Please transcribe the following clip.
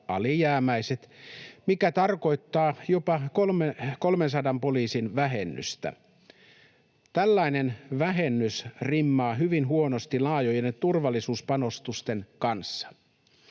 mikä tarkoittaa jopa 300 poliisin vähennystä. Tällainen vähennys rimmaa hyvin huonosti laajojen turvallisuuspanostusten kanssa.